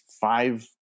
five